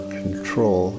control